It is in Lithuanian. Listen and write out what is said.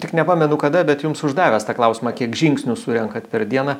tik nepamenu kada bet jums uždavęs tą klausimą kiek žingsnių surenkat per dieną